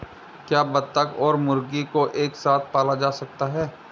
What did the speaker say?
क्या बत्तख और मुर्गी को एक साथ पाला जा सकता है?